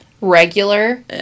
Regular